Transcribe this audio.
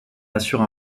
assure